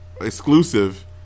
exclusive